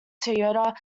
toyota